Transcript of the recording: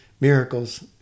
miracles